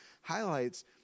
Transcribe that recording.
highlights